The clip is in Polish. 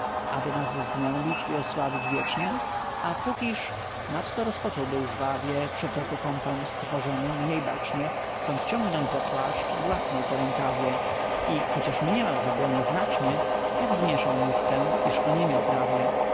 aby nas zgnębić i osławić wiecznie a pókiż nadto rozpoczął był żwawie przeto go kompan strwożony mniej bacznie chcąc ciągnąć za płaszcz głasnął po rękawie i chociaż mniemał że było nieznacznie tak zmięszał mowcę iż oniemiał prawie